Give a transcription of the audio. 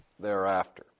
thereafter